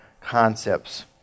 concepts